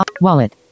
wallet